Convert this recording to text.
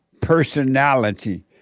personality